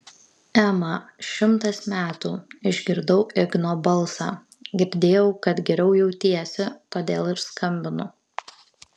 ema šimtas metų išgirdau igno balsą girdėjau kad geriau jautiesi todėl ir skambinu